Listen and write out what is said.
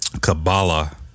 Kabbalah